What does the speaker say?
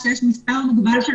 ישי שרון מהסנגוריה.